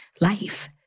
life